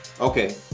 okay